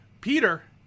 Peter